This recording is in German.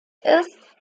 ist